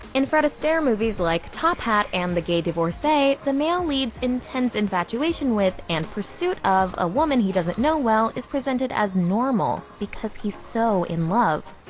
in fred astaire movies like top hat and the gay divorcee, the male lead's intense infatuation with and pursuit of a woman he doesn't know well is presented as normal, because he's so in love.